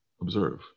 observe